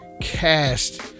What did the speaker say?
cast